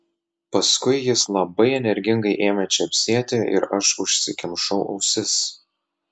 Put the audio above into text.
paskui jis labai energingai ėmė čepsėti ir aš užsikimšau ausis